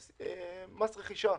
דיברנו בישיבה הקודמת שמס רכישה